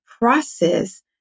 process